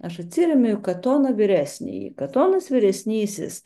aš atsiremiu į katoną vyresnįjį katonas vyresnysis